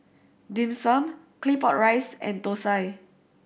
Dim Sum Claypot Rice and Thosai